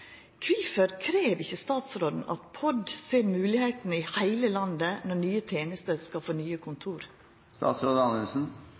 Kvifor krev ikkje statsråden at POD ser moglegheitene i heile landet når nye tenester skal få nye